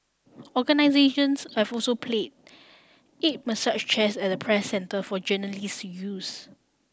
organisations have also place eight massage chairs at the Press Centre for the journalists to use